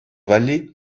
валли